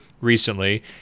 recently